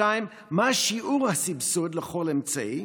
2. מה שיעור הסבסוד של כל אמצעי?